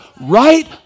right